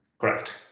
Correct